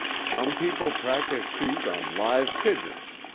some people practice shoot on live pigeons,